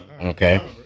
okay